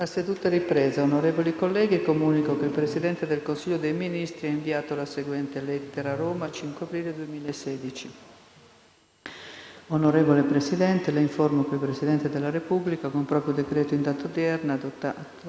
finestra"). Onorevoli colleghi, comunico che il Presidente del Consiglio dei ministri ha inviato la seguente lettera: «Roma, 5 aprile 2016 Onorevole Presidente, La informo che il Presidente della Repubblica, con proprio decreto in data odierna, adottato